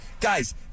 Guys